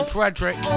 Frederick